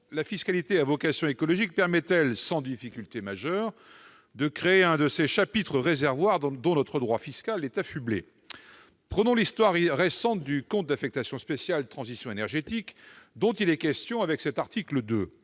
la fiscalité à vocation écologique permet, sans difficulté majeure, de créer l'un de ces chapitres réservoirs dont notre droit fiscal est affublé. Prenons l'histoire récente du compte d'affectation spéciale « Transition énergétique », dont il est question à cet article 2.